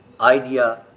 idea